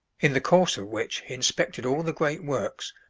in the course of which he inspected all the great works,